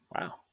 Wow